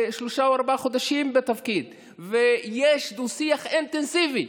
השר כבר שלושה או ארבעה חודשים בתפקיד ויש דו-שיח אינטנסיבי.